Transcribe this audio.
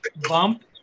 bump